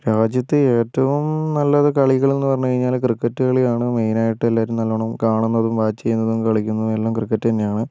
രാജ്യത്ത് ഏറ്റവും നല്ലത് കളികളെന്നു പറഞ്ഞ് കഴിഞ്ഞാൽ ക്രിക്കറ്റ് കളിയാണ് മെയിനായിട്ടെല്ലാവരും നല്ലോണം കാണുന്നതും വാച്ച് ചെയ്യുന്നതും കളിക്കുന്നതും എല്ലാം ക്രിക്കറ്റ് തന്നെയാണ്